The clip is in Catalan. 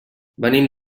venim